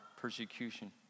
persecution